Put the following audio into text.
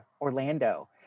Orlando